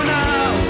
now